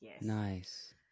Nice